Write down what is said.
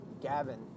Gavin